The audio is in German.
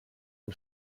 und